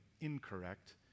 incorrect